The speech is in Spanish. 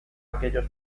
aquellos